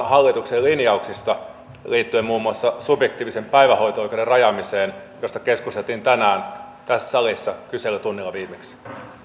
hallituksen linjauksista liittyen muun muassa subjektiivisen päivähoito oikeuden rajaamiseen josta keskusteltiin tänään tässä salissa kyselytunnilla viimeksi